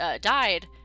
Died